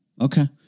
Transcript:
Okay